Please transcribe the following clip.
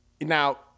now